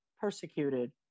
persecuted